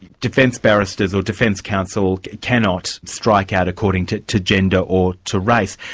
defence barristers, or defence counsel cannot strike out according to to gender or to race.